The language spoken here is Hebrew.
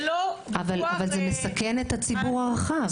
אבל זה לא --- אבל זה מסכן את הציבור הרחב.